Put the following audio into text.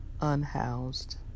unhoused